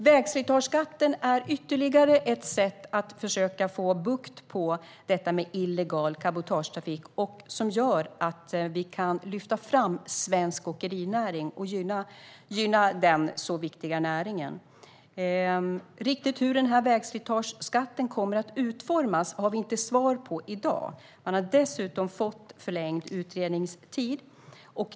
Vägslitageskatten är ytterligare ett sätt att försöka få bukt med illegal cabotagetrafik och gör att vi kan lyfta fram och gynna den viktiga svenska åkerinäringen. Hur skatten kommer att utformas har vi inte riktigt svar på i dag, och dessutom har man fått förlängd utredningstid.